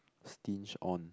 stinge on